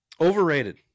Overrated